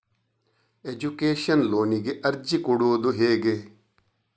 Education ಲೋನಿಗೆ ಅರ್ಜಿ ಕೊಡೂದು ಹೇಗೆ?